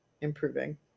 improving